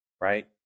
Right